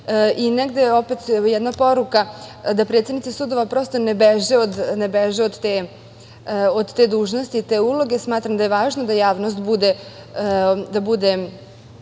Negde, opet jedna poruka da predsednici sudova prosto, ne beže od te dužnosti, od te uloge. Smatram da je važno da javnost bude